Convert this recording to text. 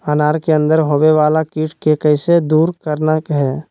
अनार के अंदर होवे वाला कीट के कैसे दूर करना है?